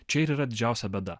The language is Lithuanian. čia ir yra didžiausia bėda